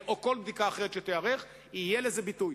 או לכל בדיקה אחרת שתיערך יהיה ביטוי.